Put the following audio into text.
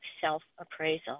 self-appraisal